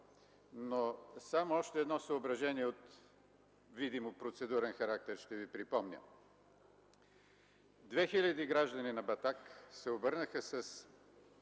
Само още едно съображение от видимо процедурен характер ще ви припомня. Две хиляди граждани на Батак се обърнаха с